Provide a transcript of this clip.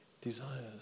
desires